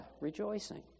rejoicing